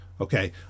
okay